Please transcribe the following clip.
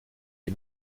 les